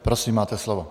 Prosím, máte slovo.